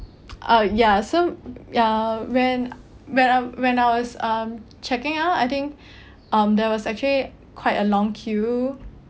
uh ya so ya when when I when I was um checking out I think um there was actually quite a long queue